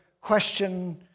question